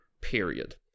period